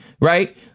right